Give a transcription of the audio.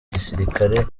gisirikare